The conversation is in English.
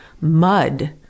mud